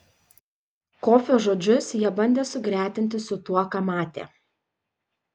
kofio žodžius jie bandė sugretinti su tuo ką matė